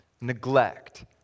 neglect